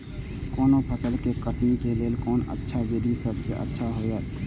कोनो फसल के कटनी के लेल कोन अच्छा विधि सबसँ अच्छा होयत?